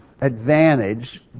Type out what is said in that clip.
advantage